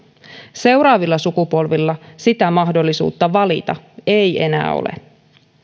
seuraavilla sukupolvilla sitä mahdollisuutta valita ei enää ole